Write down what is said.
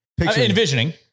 envisioning